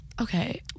okay